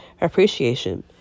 appreciation